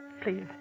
Please